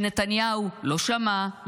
שנתניהו לא שמע,